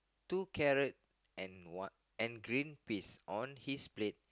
two carrot and what and green peas on his plate